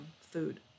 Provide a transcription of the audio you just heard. food